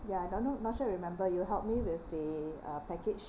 ya I don't know not sure you remember you help me with the uh package